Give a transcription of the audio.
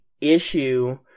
issue